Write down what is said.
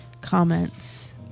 comments